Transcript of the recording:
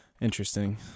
Interesting